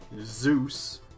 Zeus